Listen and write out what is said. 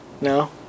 No